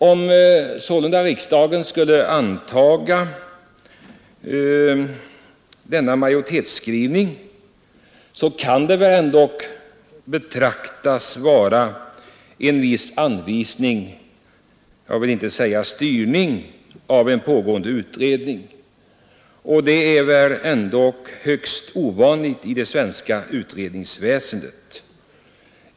Om riksdagen skulle anta denna majoritetsskrivning, kan det väl betraktas såsom en viss anvisning — jag vill inte säga styrning — till en pågående utredning. Det är något högst ovanligt i det svenska utredningsväsendet.